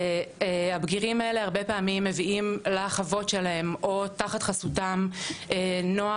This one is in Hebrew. והבגירים האלה הרבה פעמים מביאים לחוות שלהם או תחת חסותם נוער